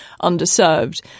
underserved